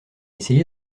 essayé